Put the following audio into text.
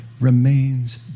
remains